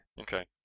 Okay